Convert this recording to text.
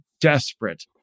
desperate